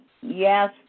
yes